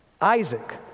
Isaac